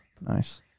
Nice